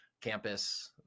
campus